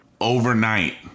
overnight